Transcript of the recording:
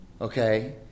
okay